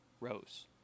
rose